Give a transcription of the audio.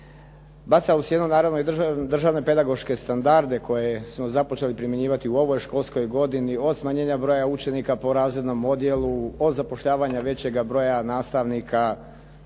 baca u sjenu naravno i državne pedagoške standarde koje smo započeli primjenjivati u ovoj školskoj godini od smanjenja broja učenika po razrednom odjelu, od zapošljavanja većega broja nastavnika. Bacila